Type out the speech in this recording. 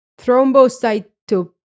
thrombocytopenia